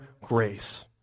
grace